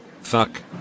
Fuck